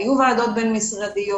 היו ועדות בין-משרדיות,